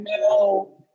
no